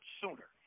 sooner